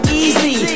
easy